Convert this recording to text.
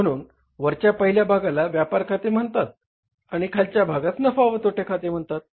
म्हणून वरच्या पहिल्या भागाला व्यापार खाते म्हणतात आणि खालच्या भागास नफा आणि तोटा खाते असे म्हणतात